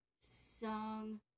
song